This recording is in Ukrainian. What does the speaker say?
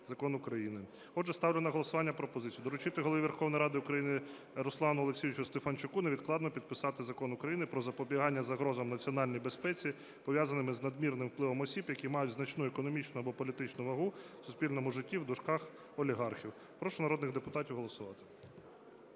Закон України. Отже, ставлю на голосування пропозицію доручити Голові Верховної Ради України Руслану Олексійовичу Стефанчуку невідкладно підписати Закон України про запобігання загрозам національній безпеці, пов'язаним із надмірним впливом осіб, які мають значну економічну або політичну вагу в суспільному житті (олігархів). Прошу народних депутатів голосувати.